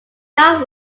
not